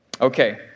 Okay